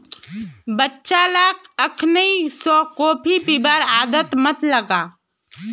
बच्चा लाक अखनइ स कॉफी पीबार आदत मत लगा